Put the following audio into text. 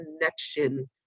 connection